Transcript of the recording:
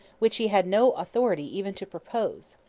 which he had no authority even to propose.